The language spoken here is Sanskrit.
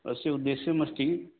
अस्य उद्देश्यम् अस्ति